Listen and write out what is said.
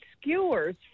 skewers